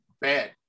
bad